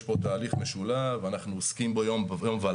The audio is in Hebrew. יש פה תהליך משולב, אנחנו עוסקים בו יום ולילה